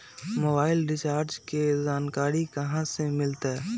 Mobile recharge के जानकारी कहा से मिलतै?